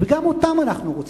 וגם אותם אנחנו רוצים.